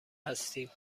هستیم